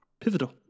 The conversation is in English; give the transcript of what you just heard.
pivotal